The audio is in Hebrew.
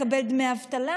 לקבל דמי אבטלה,